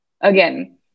again